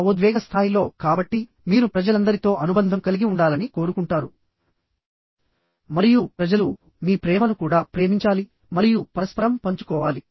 భావోద్వేగ స్థాయిలో కాబట్టి మీరు ప్రజలందరితో అనుబంధం కలిగి ఉండాలని కోరుకుంటారు మరియు ప్రజలు మీ ప్రేమను కూడా ప్రేమించాలి మరియు పరస్పరం పంచుకోవాలి